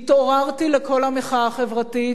התעוררתי לקול המחאה החברתית,